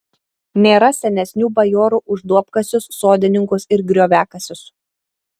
nėra senesnių bajorų už duobkasius sodininkus ir grioviakasius